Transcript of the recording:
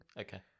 Okay